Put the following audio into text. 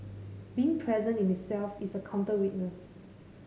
being present in itself is a counter witness